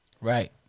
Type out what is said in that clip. Right